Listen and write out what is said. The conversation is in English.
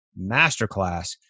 Masterclass